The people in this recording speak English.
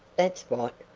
that's what.